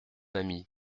ami